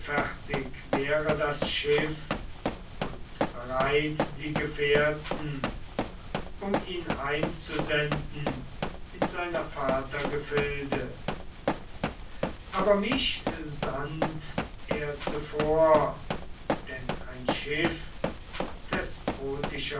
wäre das schiff und bereit die gefährten um ihn heimzusenden in seiner väter gefilde aber mich sandt er zuvor denn ein schiff